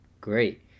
great